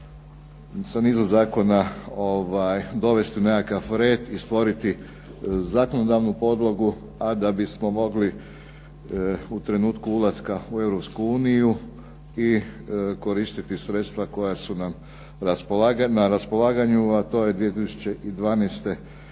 sa nizom zakona dovesti u nekakav red i stvoriti zakonodavnu podlogu, a da bismo mogli u trenutku ulaska u Europsku uniju i koristiti sredstva koja su nam na raspolaganju a 2012. 242